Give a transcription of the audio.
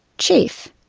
chief,